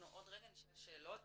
אנחנו עוד רגע נשאל שאלות,